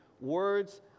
words